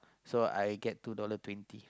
so I get two dollar twenty